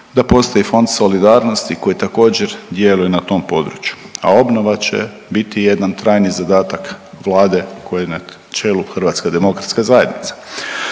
da postoji Fond solidarnosti koji također djeluje na tom području, a obnova će biti jedan trajni zadatak Vlade kojoj je na čelu Hrvatska demokratska zajednica.